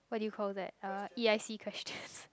what do you call that uh E I C question